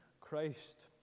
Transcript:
Christ